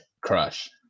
Crush